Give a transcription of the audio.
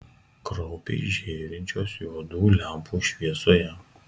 kraupiai žėrinčios juodų lempų šviesoje